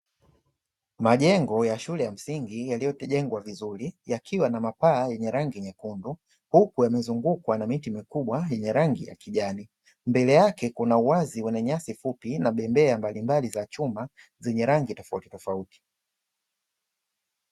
Majengo ya shule ya msingi yaliyojengwa vizuri, yakiwa na mapaa ya rangi ya nyekundu, huku yamezungwa na miti mikubwa yenye rangi ya kijani. Mbele yake kuna uwazi wenye nyasi fupi na bebea mbalimbali za chuma zenye rangi tofauti tofauti.